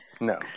No